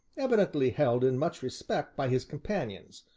evidently held in much respect by his companions,